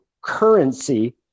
currency